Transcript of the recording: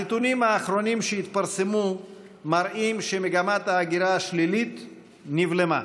הנתונים האחרונים שהתפרסמו מראים שמגמת ההגירה השלילית נבלמה,